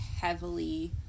heavily